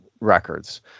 records